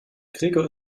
gregor